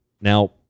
Now